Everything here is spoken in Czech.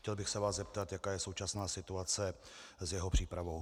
Chtěl bych se vás zeptat, jaká je současná situace s jeho přípravou.